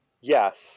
Yes